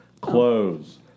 Clothes